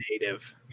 Native